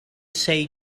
say